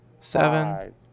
seven